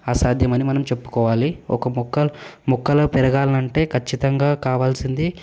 అసాధ్యమని మనం చెప్పుకోవాలి ఒక మొక్క మొక్కలా పెరగాలంటే ఖచ్చితంగా కావాల్సింది